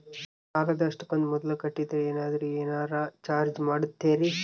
ಸಾಲದ ಅಷ್ಟು ಕಂತು ಮೊದಲ ಕಟ್ಟಿದ್ರ ಏನಾದರೂ ಏನರ ಚಾರ್ಜ್ ಮಾಡುತ್ತೇರಿ?